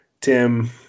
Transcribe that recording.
tim